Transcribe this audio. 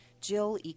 Jill